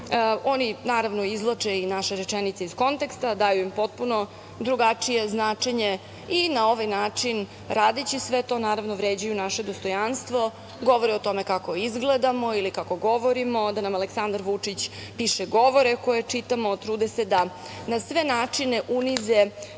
naravno, izvlače i naše rečenice iz konteksta, daju im potpuno drugačije značenje i na ovaj način radeći sve to, naravno, vređaju naše dostojanstvo, govore o tome kako izgledamo ili kako govorimo, da nam Aleksandar Vučić piše govore koje čitamo, trude se da na sve načine unize